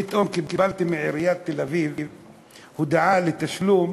פתאום קיבלתי מעיריית תל-אביב הודעה לתשלום